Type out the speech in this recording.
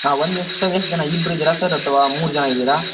ಹಾಂ ಒಂದು ದಿವಸ ಎಷ್ಟು ಜನ ಇಬ್ರಿದ್ದೀರಾ ಸರ್ ಅಥವಾ ಮೂರು ಜನ ಇದ್ದೀರಾ